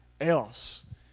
else